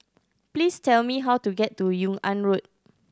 please tell me how to get to Yung An Road